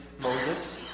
Moses